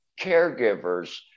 caregivers